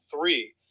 three